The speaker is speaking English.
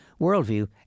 worldview